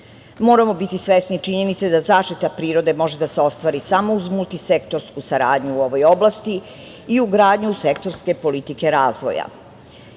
biti svesni činjenice da zaštita prirode može da se ostvari samo uz multisektorsku saradnju u ovoj oblasti i ugradnju sektorske politike razvoja.